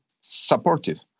supportive